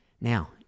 Now